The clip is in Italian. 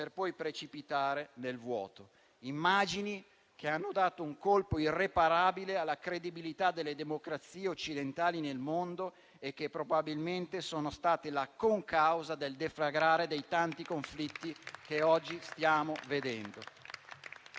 poi precipitare nel vuoto; immagini che hanno dato un colpo irreparabile alla credibilità delle democrazie occidentali nel mondo e che probabilmente sono state la concausa del deflagrare dei tanti conflitti cui oggi stiamo assistendo.